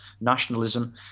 nationalism